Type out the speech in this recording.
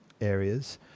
areas